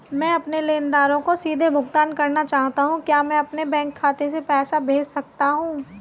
मैं अपने लेनदारों को सीधे भुगतान करना चाहता हूँ क्या मैं अपने बैंक खाते में पैसा भेज सकता हूँ?